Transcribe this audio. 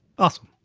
awesome.